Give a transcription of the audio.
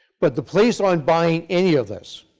but the police aren't buying any of this.